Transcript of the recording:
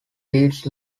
leeds